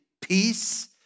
peace